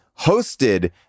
hosted